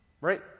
Right